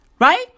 right